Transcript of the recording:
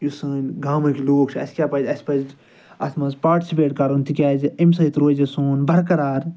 یُس سٲنۍ گامٕکۍ لوٗکھ چھِ اسہِ کیٛاہ پَزِ اسہِ پَزِ اَتھ مَنٛز پارٹسِپیٹ کَرُن تِکیٛازِ اَمہِ سۭتۍ روزِ سون برقرار